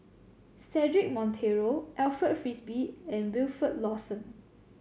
Cedric Monteiro Alfred Frisby and Wilfed Lawson